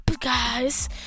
guys